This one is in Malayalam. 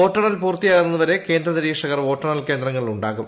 വോട്ടെണ്ണൽ ഷൂർത്തിയാകുന്നതുവരെ കേന്ദ്ര നിരീക്ഷകർ വോട്ടെണ്ണൽ കേന്ദ്രങ്ങളിൽ ഉണ്ടാകും